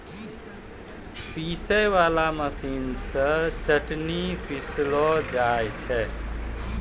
पीसै वाला मशीन से चटनी बनैलो जाय छै